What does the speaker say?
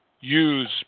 use